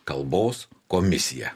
kalbos komisija